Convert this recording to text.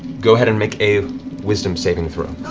go ahead and make a wisdom saving throw.